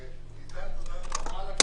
תודה רבה.